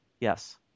yes